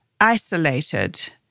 isolated